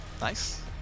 Nice